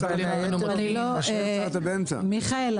שיקולים --- מיכאל,